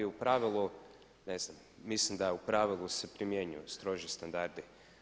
U pravilu, ne znam, mislim da u pravilu se primjenjuju stroži standardi.